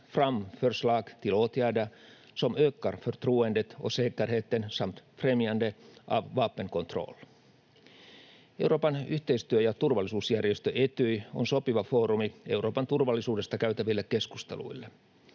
fram förslag till åtgärder som ökar förtroendet och säkerheten samt främjande av vapenkontroll. Euroopan yhteistyö- ja turvallisuusjärjestö Etyj on sopiva foorumi Euroopan turvallisuudesta käytäville keskusteluille.